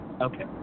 Okay